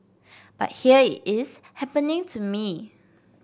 but here it is happening to me